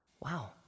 Wow